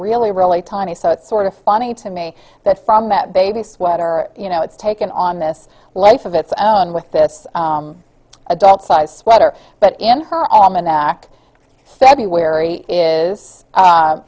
really really tiny so it's sort of funny to me that from that baby sweater you know it's taken on this life of its own with this adult size sweater but in her act february is